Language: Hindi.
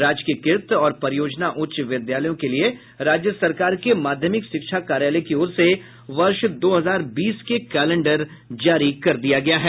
राजकीयकृत और परियोजना उच्च विद्यालयों के लिए राज्य सरकार के माध्यमिक शिक्षा कार्यालय की ओर से वर्ष दो हजार बीस के कैलेंडर जारी किया गया है